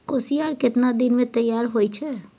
कोसियार केतना दिन मे तैयार हौय छै?